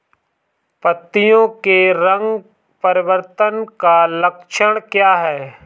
पत्तियों के रंग परिवर्तन का लक्षण क्या है?